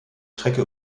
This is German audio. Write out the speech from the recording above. strecke